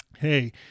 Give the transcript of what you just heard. Hey